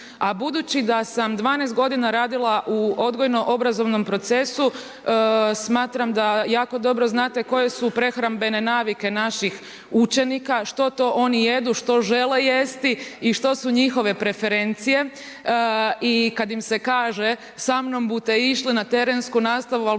A budući da sam 12 godina radila u odgojno-obrazovnom procesu smatram da jako dobro znate koje su prehrambene navike naših učenika, što to oni jedu, što žele jesti i što su njihove preferencije. I kad im se kaže sa mnom bute išli na terensku nastavu